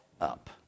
up